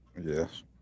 yes